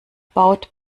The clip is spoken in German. baut